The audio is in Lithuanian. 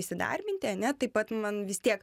įsidarbinti ane taip pat man vis tiek